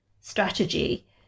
strategy